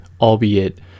albeit